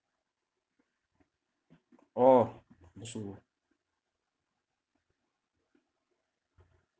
oh that's true